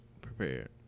prepared